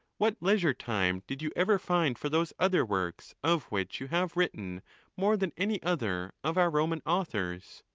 what leisure time did you ever find for those other works of which you have written more than any other of our roman authors?